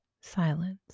Silence